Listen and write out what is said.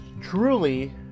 Truly